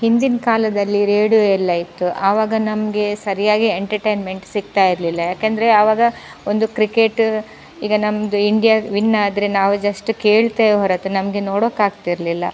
ಹಿಂದಿನ ಕಾಲದಲ್ಲಿ ರೇಡಿಯೋ ಎಲ್ಲ ಇತ್ತು ಆವಾಗ ನಮಗೆ ಸರಿಯಾಗಿ ಎಂಟಟೈನ್ಮೆಂಟ್ ಸಿಕ್ತಾ ಇರ್ಲಿಲ್ಲ ಯಾಕಂದರೆ ಆವಾಗ ಒಂದು ಕ್ರಿಕೆಟ ಈಗ ನಮ್ಮದು ಇಂಡಿಯಾ ವಿನ್ನಾದರೆ ನಾವು ಜಸ್ಟ್ ಕೇಳ್ತೇವೆ ಹೊರತು ನಮಗೆ ನೋಡೋಕ್ಕಾಗ್ತಿರಲಿಲ್ಲ